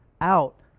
out